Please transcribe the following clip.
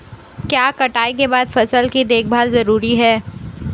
क्या कटाई के बाद फसल की देखभाल जरूरी है?